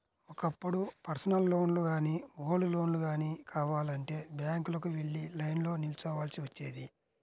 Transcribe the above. ఒకప్పుడు పర్సనల్ లోన్లు గానీ, గోల్డ్ లోన్లు గానీ కావాలంటే బ్యాంకులకు వెళ్లి లైన్లో నిల్చోవాల్సి వచ్చేది